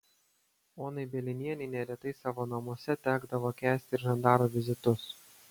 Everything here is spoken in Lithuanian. onai bielinienei neretai savo namuose tekdavo kęsti ir žandarų vizitus